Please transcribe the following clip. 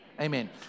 Amen